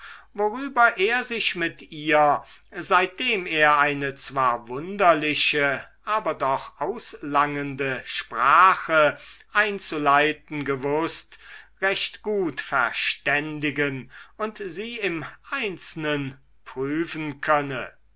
worüber er sich mit ihr seitdem er eine zwar wunderliche aber doch auslangende sprache einzuleiten gewußt recht gut verständigen und sie im einzelnen prüfen könne